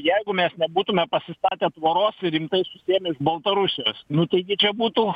jeigu mes nebūtume pasistatę tvoros ir rimtai susiėmę iš baltarusijos nu taigi čia būtų